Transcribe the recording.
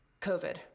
COVID